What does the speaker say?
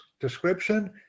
description